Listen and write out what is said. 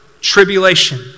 Tribulation